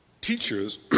teachers